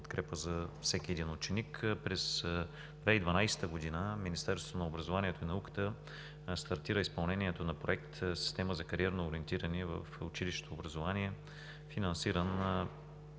подкрепа за всеки един ученик. През 2012 г. Министерството на образованието и науката стартира изпълнението на Проект „Система за кариерно ориентиране в училищното образование“, финансиран